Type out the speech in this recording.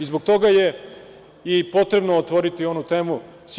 Zbog toga je potrebno otvoriti onu temu.